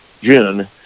June